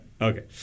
Okay